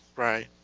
Right